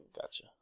gotcha